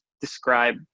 Describe